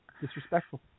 Disrespectful